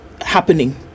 happening